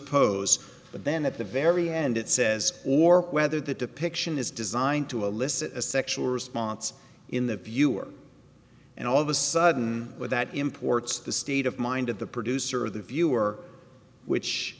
pose but then at the very end it says or whether the depiction is designed to elicit a sexual response in the viewer and all of a sudden with that imports the state of mind of the producer the viewer which